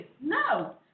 No